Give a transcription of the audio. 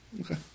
Okay